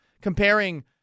comparing